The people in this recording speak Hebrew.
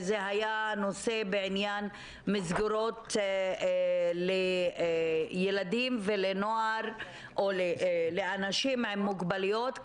זה היה נושא בעניין מסגרות לילדים ולנוער או לאנשים עם מוגבלויות,